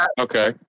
Okay